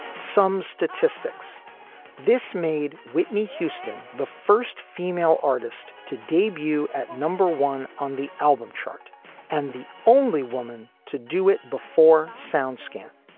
some statistics this made whitney houston, the first female artist to debut at number one on the album chart and the only woman to do it before soundscan.